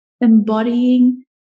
embodying